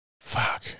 Fuck